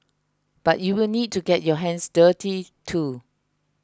but you will need to get your hands dirty too